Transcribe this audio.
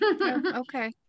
Okay